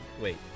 Wait